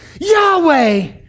Yahweh